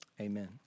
amen